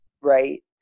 Right